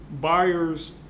buyers